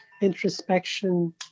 introspection